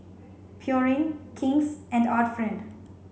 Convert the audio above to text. Pureen King's and Art Friend